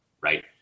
right